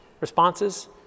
responses